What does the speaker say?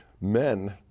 men